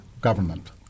government